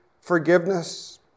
forgiveness